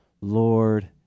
Lord